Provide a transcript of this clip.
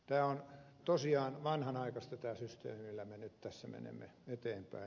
tämä on tosiaan vanhanaikainen systeemi millä me nyt tässä menemme eteenpäin